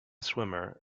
swimmer